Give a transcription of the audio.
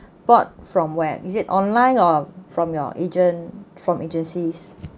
bought from where is it online or from your agent from agencies